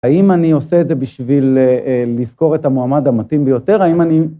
האם אני עושה את זה בשביל לזכור את המועמד המתאים ביותר, האם אני...